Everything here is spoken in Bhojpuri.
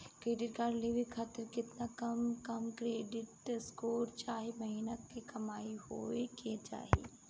क्रेडिट कार्ड लेवे खातिर केतना कम से कम क्रेडिट स्कोर चाहे महीना के कमाई होए के चाही?